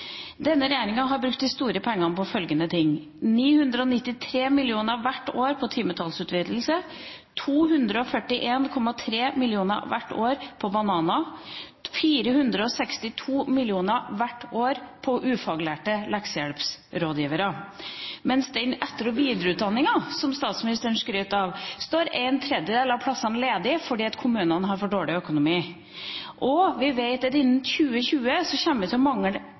Denne regjeringen har brukt de store pengene på følgende ting: 993 mill. kr hvert år på timetallsutvidelse, 241,3 mill. kr hvert år på bananer, 462 mill. kr hvert år på ufaglærte leksehjelprådgivere. Men i den etter- og videreutdanningen som statsministeren skryter av, står en tredjedel av plassene ledige, fordi kommunene har for dårlig økonomi. Vi vet at innen 2020 kommer det til å mangle